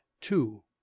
Two